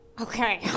Okay